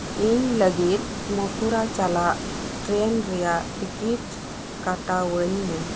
ᱤᱧ ᱞᱟᱹᱜᱤᱫ ᱢᱚᱛᱷᱩᱨᱟ ᱪᱟᱞᱟᱜ ᱴᱨᱮᱱ ᱨᱮᱭᱟᱜ ᱴᱤᱠᱤᱴ ᱠᱟᱴᱟᱣᱟᱹᱧ ᱢᱮ